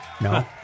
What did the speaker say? No